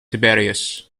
tiberius